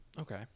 okay